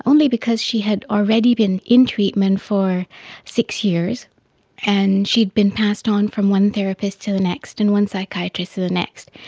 because she had already been in treatment for six years and she had been passed on from one therapist to the next and one psychiatrist to the next.